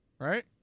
Right